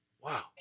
Wow